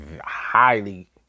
highly